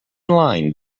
line